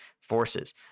forces